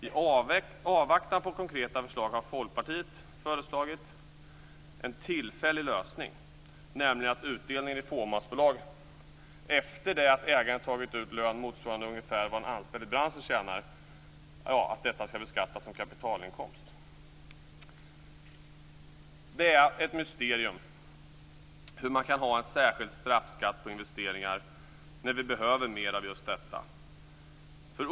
I avvaktan på konkreta förslag har Folkpartiet föreslagit en tillfällig lösning, nämligen att utdelningen i fåmansbolag, efter det att ägaren tagit ut lön ungefär motsvarande vad en anställd i branschen tjänar, skall beskattas som kapitalinkomst. Det är ett mysterium att man kan ha en särskild straffskatt på investeringar när vi behöver mer av just detta.